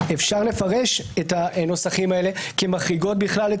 אפשר לפרש את הנוסחים האלה כמחריגות בכלל את